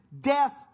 death